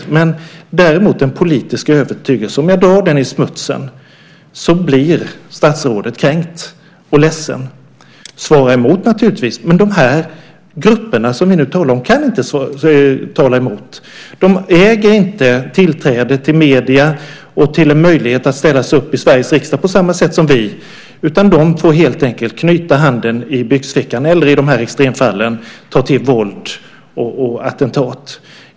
Om jag drar en politisk övertygelse i smutsen blir statsrådet kränkt och ledsen och svarar naturligtvis emot. Men de grupper vi nu talar om kan inte tala emot. De äger inte tillträde till medierna och en möjlighet att ställa sig upp i Sveriges riksdag på samma sätt som vi. De får helt enkelt knyta handen i byxfickan eller i extremfallen ta till våld och attentat.